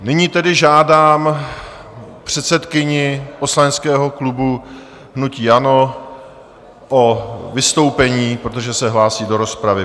Nyní tedy žádám předsedkyni poslaneckého klubu hnutí ANO o vystoupení, protože se hlásí do rozpravy.